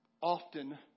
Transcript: often